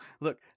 Look